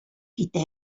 китә